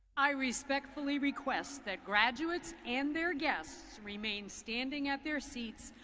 i respectfully request that graduates and their guests. remain standing at their seats,